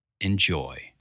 Enjoy